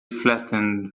flattened